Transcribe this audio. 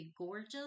gorgeous